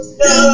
no